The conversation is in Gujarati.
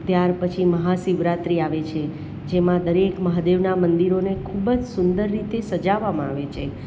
ત્યારપછી મહાશિવરાત્રિ આવે છે જેમાં દરેક મહાદેવનાં મંદિરોને ખૂબ જ સુંદર રીતે સજાવવામાં આવે છે